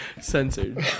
censored